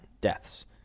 deaths